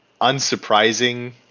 unsurprising